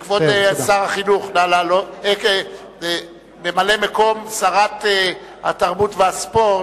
בבקשה, ממלא-מקום שרת התרבות והספורט,